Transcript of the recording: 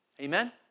Amen